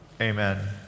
Amen